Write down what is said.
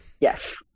Yes